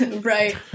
right